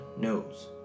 knows